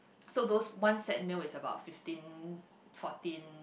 so those one set meal is about fifteen fourteen